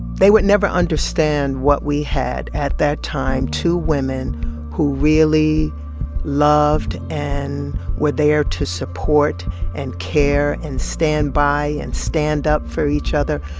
they would never understand what we had at that time two women who really loved and were there to support and care and stand by and stand up for each other.